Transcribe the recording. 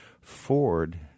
Ford